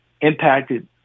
impacted